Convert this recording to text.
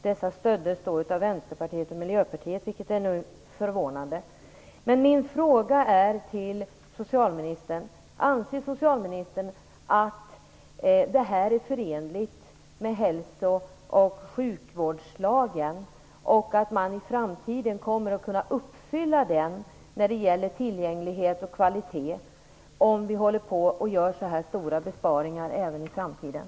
Detta stöddes av Vänsterpartiet och Miljöpartiet, vilket är förvånande. Anser socialministern att detta är förenligt med hälso och sjukvårdslagen, och kommer man i framtiden att kunna leva upp till den när det gäller tillgänglighet och kvalitet om det görs så här stora besparingar även längre fram?